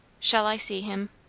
shall i see him?